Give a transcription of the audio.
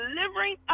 delivering